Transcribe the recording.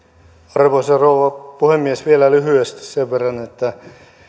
arvoisa rouva puhemies vielä lyhyesti sen verran että